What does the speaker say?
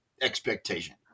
expectation